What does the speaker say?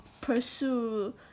pursue